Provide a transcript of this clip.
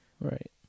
Right